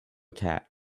cat